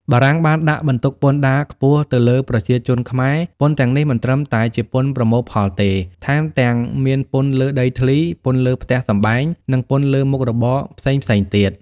បារាំងបានដាក់បន្ទុកពន្ធដារខ្ពស់ទៅលើប្រជាជនខ្មែរ ពន្ធទាំងនេះមិនត្រឹមតែជាពន្ធប្រមូលផលទេ ថែមទាំងមានពន្ធលើដីធ្លី ពន្ធលើផ្ទះសម្បែង និងពន្ធលើមុខរបរផ្សេងៗទៀត។